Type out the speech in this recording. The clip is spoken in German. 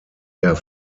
der